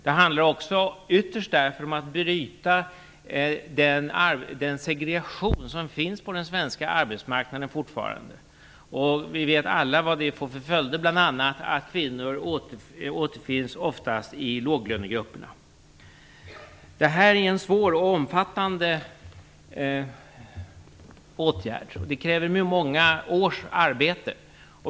Därför handlar det också ytterst om att bryta den segregation som fortfarande finns på den svenska arbetsmarknaden. Vi vet alla vilka följder denna segregation får, bl.a. att kvinnor oftast återfinns i låglönegrupperna. Detta är en svår och omfattande åtgärd, som kräver många års arbete.